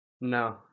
No